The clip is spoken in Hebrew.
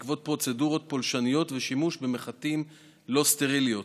בעקבות פרוצדורות פולשניות ושימוש במחטים לא סטריליות.